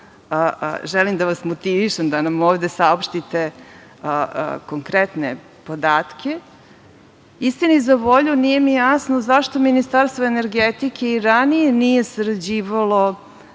Želim da vas motivišem da nam ovde saopštite konkretne podatke. Istini za volju nije mi jasno zašto Ministarstvo energetike i ranije nije sarađivalo